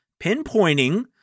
pinpointing